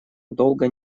долго